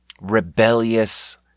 rebellious